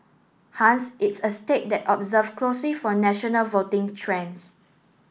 hence it's a state that observe closely for national voting trends